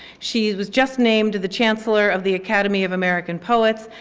she was just named the chancellor of the academy of american poets.